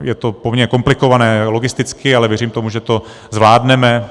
Je to poměrně komplikované logisticky, ale věřím tomu, že to zvládneme.